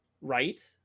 right